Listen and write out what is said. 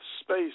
space